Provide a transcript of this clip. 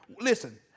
Listen